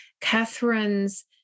Catherine's